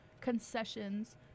concessions